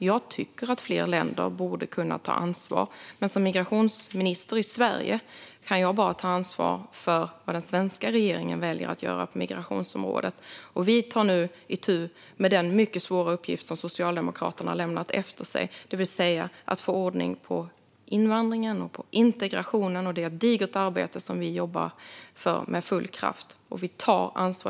Jag tycker att fler länder borde kunna ta ansvar, men som migrationsminister i Sverige kan jag bara ta ansvar för vad den svenska regeringen väljer att göra på migrationsområdet. Vi tar nu itu med den mycket svåra uppgift som Socialdemokraterna lämnat efter sig, det vill säga att få ordning på invandringen och integrationen. Det är ett digert arbete som vi bedriver med full kraft. Vi tar ansvar.